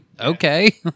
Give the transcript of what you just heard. okay